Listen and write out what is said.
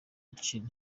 gaciro